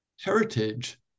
heritage